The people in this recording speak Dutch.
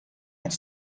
het